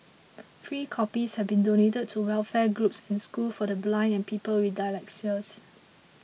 free copies have been donated to welfare groups and schools for the blind and people with dyslexia